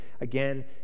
again